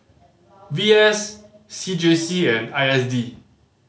V S C J C and I S D